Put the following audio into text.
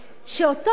שאותו דבר,